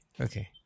Okay